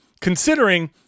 Considering